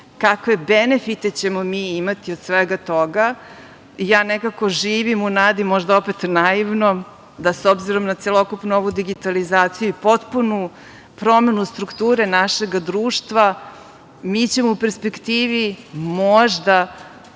kakve benefite ćemo mi imati od svega toga? Ja nekako živim u nadi možda opet naivno da s obzirom na celokupnu digitalizaciju i potpunu promenu strukture našeg društva mi ćemo u perspektivi možda,